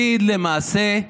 לפיד, למעשה,